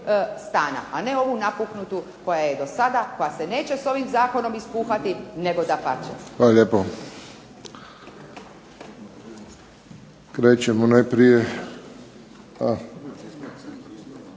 stana a ne ovu napuhnutu koja je do sada, koja se neće s ovim zakonom ispuhati, nego dapače. **Friščić, Josip (HSS)** Hvala lijepo. Krećemo najprije